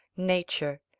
nature,